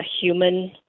human